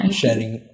sharing